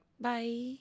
Bye